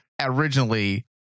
originally